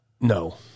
No